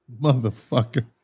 motherfucker